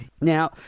Now